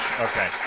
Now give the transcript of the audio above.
Okay